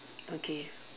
okay